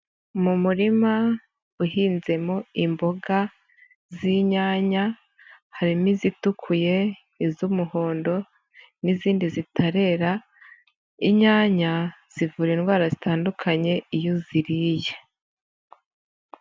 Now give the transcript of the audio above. Mu murima uhinzemo imboga z'inyanya harimo izitukuye, iz'umuhondo n'izindi zitarera, inyanya zivura indwara zitandukanye iyo uziriye.